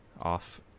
off